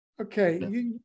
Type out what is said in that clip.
Okay